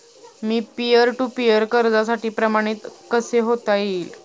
Me peer to peer कर्जासाठी प्रमाणित कसे होता येईल?